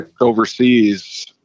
overseas